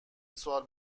سوال